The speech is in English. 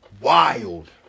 Wild